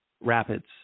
rapids